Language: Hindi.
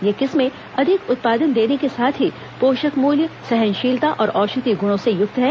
ये किस्में अधिक उत्पादन देने के साथ ही पोषक मूल्य सहनशीलता और औषधीय गुणों से युक्त हैं